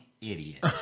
idiot